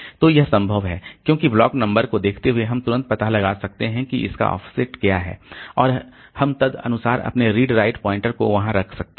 तो यह संभव है क्योंकि ब्लॉक नंबर को देखते हुए हम तुरंत पता लगा सकते हैं कि इसका ऑफसेट क्या है और हम तदनुसार अपने रीड राइट पॉइंटर को वहां रख सकते हैं